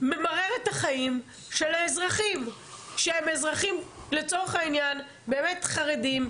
ממררת את החיים של האזרחים שהם אזרחים לצורך העניין באמת חרדים.